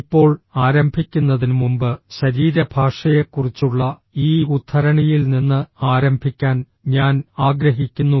ഇപ്പോൾ ആരംഭിക്കുന്നതിന് മുമ്പ് ശരീരഭാഷയെക്കുറിച്ചുള്ള ഈ ഉദ്ധരണിയിൽ നിന്ന് ആരംഭിക്കാൻ ഞാൻ ആഗ്രഹിക്കുന്നു